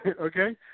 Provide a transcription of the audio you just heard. okay